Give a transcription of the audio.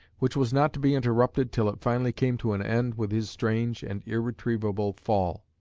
which was not to be interrupted till it finally came to an end with his strange and irretrievable fall.